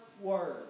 Word